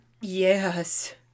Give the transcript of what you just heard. Yes